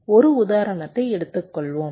ஒரு உதாரணத்தை எடுத்துக் கொள்வோம்